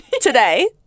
today